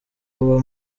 uba